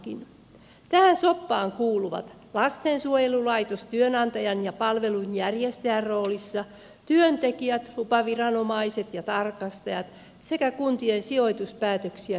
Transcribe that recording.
tähän soppaan kuuluvat lastensuojelulaitos työnantajan ja palvelunjärjestäjän roolissa työntekijät lupaviranomaiset ja tarkastajat sekä kuntien sijoituspäätöksiä tekevät henkilöt